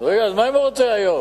היום הוא רוצה.